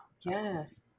Yes